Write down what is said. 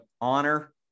honor